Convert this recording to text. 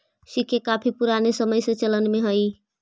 सिक्के काफी पूराने समय से चलन में हई